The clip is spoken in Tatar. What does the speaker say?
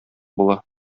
була